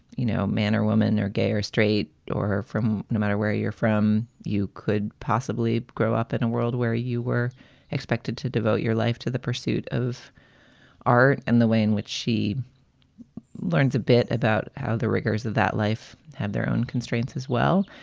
you know, man or woman or gay or straight or her from no matter where you're from, you could possibly grow up in a world where you were expected to devote your life to the pursuit of art and the way in which she learns a bit about how the rigors of that life have their own constraints as well.